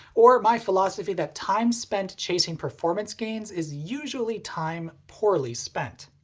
or my philosophy that time spent chasing performance gains is usually time poorly spent.